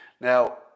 Now